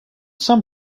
some